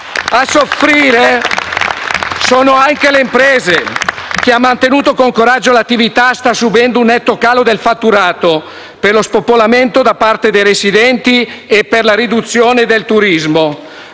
A soffrire sono anche le imprese. Chi ha mantenuto con coraggio le attività sta subendo un netto calo del fatturato per lo spopolamento da parte dei residenti e per la riduzione del turismo.